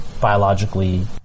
biologically